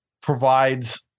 provides